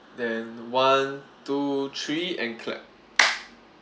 then one two three and clap